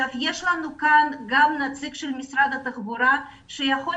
יש לנו כאן גם נציג של משרד התחבורה שיכול